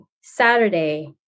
Saturday